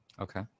Okay